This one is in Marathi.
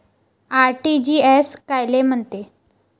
आर.टी.जी.एस कायले म्हनते?